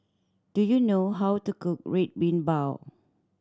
do you know how to cook Red Bean Bao